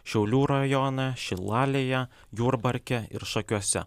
šiaulių rajone šilalėje jurbarke ir šakiuose